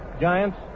Giants